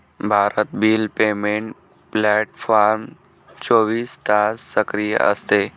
Bharat bill payment platform चोवीस तास सक्रिय असते